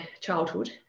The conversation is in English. childhood